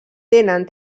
tenen